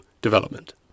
development